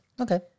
okay